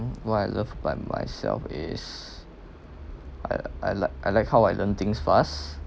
what I love about myself is I I like I like how I learn things fast